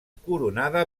coronada